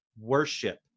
worship